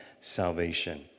salvation